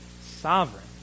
sovereign